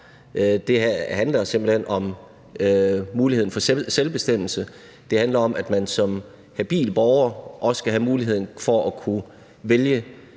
Det handler simpelt hen om muligheden for selvbestemmelse; det handler om, at man som habil borger også skal have muligheden for at kunne vælge,